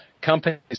companies